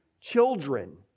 children